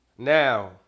Now